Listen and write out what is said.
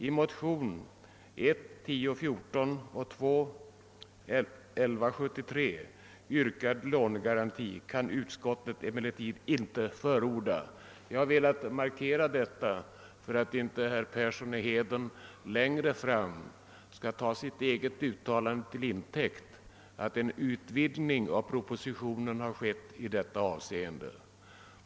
I motionerna I:1014 och 11: 1173 yrkad lånegaranti kan utskottet emellertid inte förorda.» Jag har velat markera detta för att herr Persson i Heden inte längre fram skall ta sitt eget uttalande till intäkt för att en utvidgning av propositionens innebörd har skett i detta avseende.